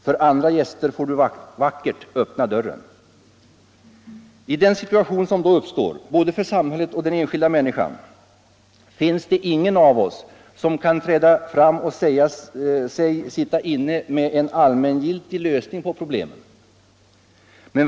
För andra gäster får du vackert öppna dörren.” I den situation som då uppstår — både för samhället och den enskilda människan — finns det ingen av oss som kan träda fram och påstå sig sitta inne med en allmängiltig lösning på problemen.